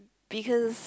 because